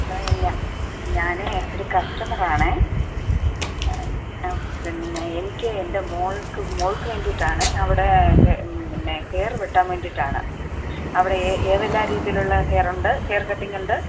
അതെ ഞാനെ ഒരു കസ്റ്റമർ ആണേ ആ പിന്നെ എനിക്ക് എൻ്റെ മോൾക്ക് മോൾക്ക് വേണ്ടിയിട്ടാണേ അവിടെ പിന്നെ ഹെയർ വെട്ടാൻ വേണ്ടിയിട്ടാണ് അവിടെ ഏതെല്ലാം രീതിയിലുള്ള ഹെയറുണ്ട് ഹെയർ കട്ടിംഗ് ഉണ്ട്